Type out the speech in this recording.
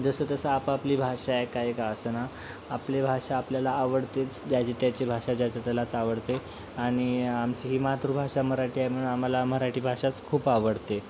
जसं तसं आपापली भाषा आहे काही का असेना आपली भाषा आपल्याला आवडते ज्याची त्याची भाषा ज्याची त्यालाच आवडते आणि आमची ही मातृभाषा मराठी आहे म्हणून आम्हाला मराठी भाषाच खूप आवडते